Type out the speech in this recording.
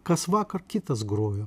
kasvakar kitas grojo